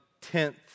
tenth